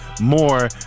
more